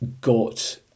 got